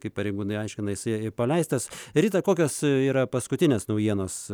kaip pareigūnai aiškinasi jisai paleistas rita kokios yra paskutinės naujienos